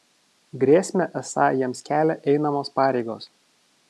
grėsmę esą jiems kelia einamos pareigos